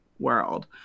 World